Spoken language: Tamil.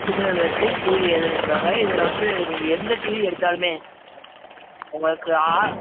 சிக்னல் வச்சு டிவி ஏதும் இதில் வந்து நீங்கள் எந்த டிவி எடுத்தாலுமே உங்களுக்கு ஆ